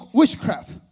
witchcraft